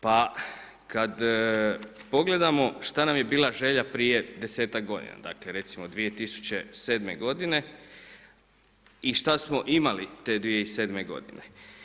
Pa kad pogledamo šta nam je bila želja prije desetak godina, dakle, recimo 2007. godine i šta smo imali te 2007. godine.